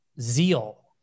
zeal